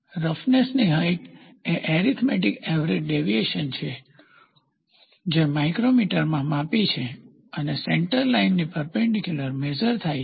રફનેસની height એ arithmetic average deviation છે જે માઇક્રોમીટરમાં માપી છે અને સેન્ટર લાઇનની પરપેન્ડીક્યુલર મેઝર થાઈ છે